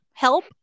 help